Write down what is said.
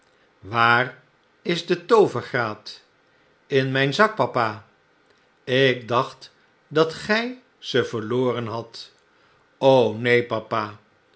waar is de toovergraat alicia l in myn zak papa ik dacht dat gjj ze verloren hadt neen papa